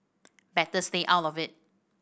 better stay out of it